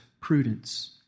prudence